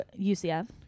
UCF